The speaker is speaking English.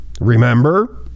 Remember